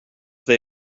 they